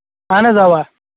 اَہن حظ اَوا